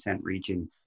region